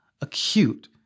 acute